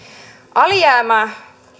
alijäämä